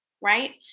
right